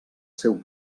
seu